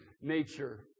nature